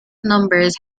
numbers